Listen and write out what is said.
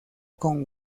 con